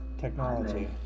technology